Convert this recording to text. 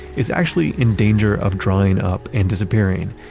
is actually in danger of drying up and disappearing,